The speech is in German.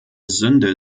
sünde